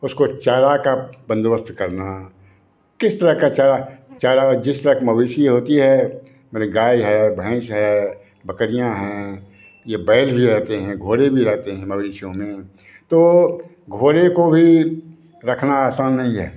उसको चारा का बंदोबस्त करना किस तरह का चारा चारा जिस तरह की मवेशी होती है माने गाई है भैंस है बकरियाँ है ये बैल भी होते हैं घोड़े भी रहते हैं मवेशियों में तो घोड़े को भी रखना आसान नहीं है